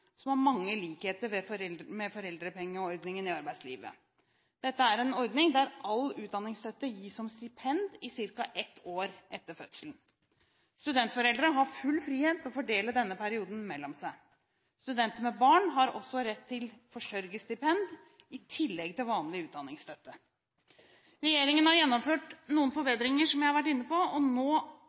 som har mange likheter med foreldrepengeordningen i arbeidslivet. Dette er en ordning der all utdanningsstøtte gis som stipend i ca. ett år etter fødselen. Studentforeldre har full frihet til å fordele denne perioden mellom seg. Studenter med barn har også rett til forsørgerstipend i tillegg til vanlig utdanningsstøtte. Regjeringen har, som jeg har vært inne på, gjennomført noen forbedringer, og til nå